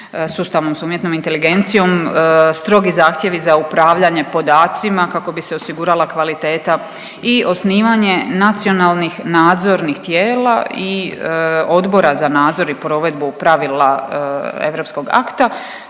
sustavno s umjetnom inteligencijom, strogi zahtjevi za upravljanje podacima kako bi se osigurala kvaliteta i osnivanje nacionalnih nadzornih tijela i Odbora za nadzor i provedbu pravila europskog akta,